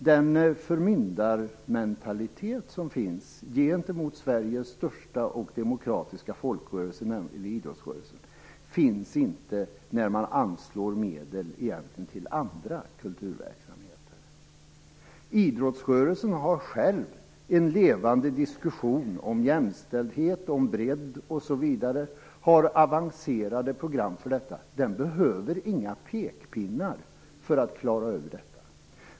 Den förmyndarmentalitet som finns gentemot Sveriges största och mest demokratiska folkrörelse, nämligen idrottsrörelsen, finns inte när man anslår medel till andra kulturverksamheter. Idrottsrörelsen har själv en levande diskussion om jämställdhet och om bredd osv. och har avancerade program för detta. Den behöver inga pekpinnar för att klara av detta.